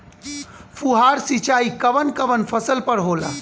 फुहार सिंचाई कवन कवन फ़सल पर होला?